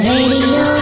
Radio